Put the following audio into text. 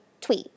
tweet